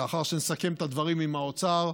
לאחר שנסכם את הדברים עם האוצר,